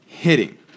Hitting